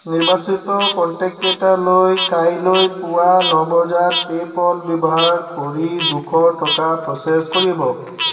নিৰ্বাচিত কনটেক্টকেইটালৈ কাইলৈ পুৱা ন বজাত পে'পল ব্যৱহাৰ কৰি দুশ টকা প্ৰ'চেছ কৰিব